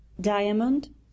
Diamond